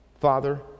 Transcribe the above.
Father